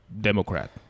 Democrat